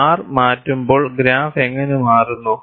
R മാറ്റുമ്പോൾ graph എങ്ങനെ മാറുന്നു